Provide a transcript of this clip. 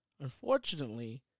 Unfortunately